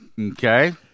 Okay